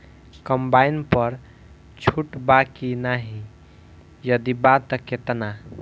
Combine पर छूट बा की नाहीं यदि बा त केतना?